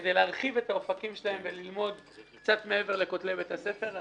כדי להרחיב את האופקים שלהם וללמוד קצת מעבר לכותלי בית הספר.